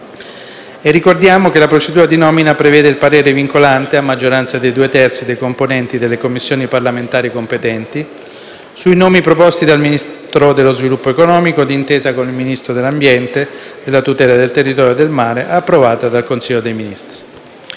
Ricordiamo che la procedura di nomina prevede il parere vincolante, a maggioranza dei due terzi dei componenti, delle Commissioni parlamentari competenti sui nomi proposti dal Ministro dello sviluppo economico, d'intesa con il Ministro dell'ambiente, della tutela del territorio e del mare, approvati dal Consiglio dei Ministri.